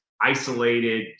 isolated